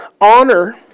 Honor